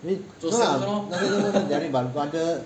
I mean no lah not not not not not daring but rather